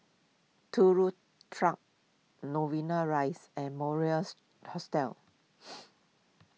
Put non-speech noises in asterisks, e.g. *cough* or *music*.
Turut Track Novena Rise and Moris Hostel *noise*